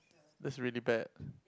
that's really bad